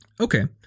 Okay